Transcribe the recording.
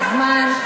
תם הזמן.